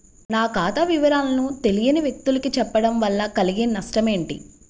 నా ఖాతా వివరాలను తెలియని వ్యక్తులకు చెప్పడం వల్ల కలిగే నష్టమేంటి?